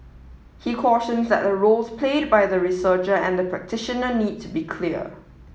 he cautions that the roles played by the researcher and the practitioner need to be clear